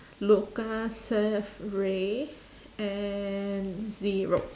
luka seth ray and zero